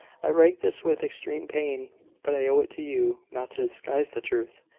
i write this with extreme pain but i owe it to you not to disguise the truth,